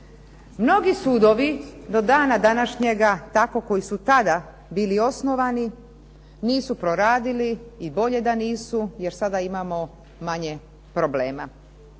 Mnogi sudovi do dana današnjega tako koji su tada bili osnovani nisu proradili i bolje da nisu jer sada imamo manje problema.